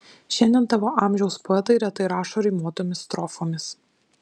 šiandien tavo amžiaus poetai retai rašo rimuotomis strofomis